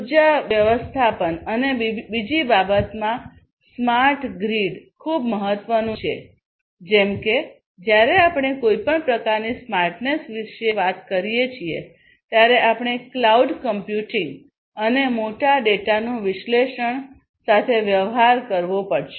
ઉર્જા વ્યવસ્થાપન અને બીજી બાબતમાં સ્માર્ટ ગ્રીડ ખૂબ મહત્વનું છે જેમ કે જ્યારે આપણે કોઈ પણ પ્રકારની સ્માર્ટનેસ વિશે વાત કરીએ છીએ ત્યારે આપણે ક્લાઉડ કમ્પ્યુટિંગ અને મોટા ડેટાનું વિશ્લેષણો સાથે વ્યવહાર કરવો પડશે